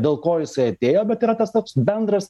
dėl ko jisai atėjo bet yra tas bendras